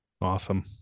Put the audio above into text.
awesome